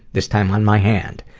this time on my hand.